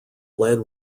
lead